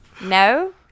No